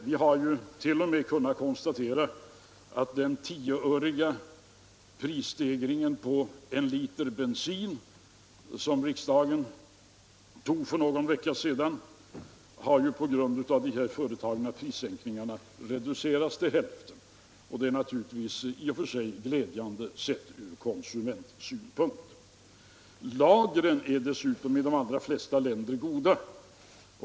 Vi har även kunnat konstatera att den tioöriga prisstegringen på en liter bensin, som riksdagen fattade beslut om för någon vecka sedan, på grund av de företagna prissänkningarna reducerats till hälften, och det är naturligtvis i och för sig glädjande, sett från konsumentsynpunkt. Lagren är dessutom i de allra flesta länder goda.